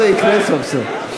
אולי זה יקרה סוף-סוף.